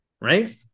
right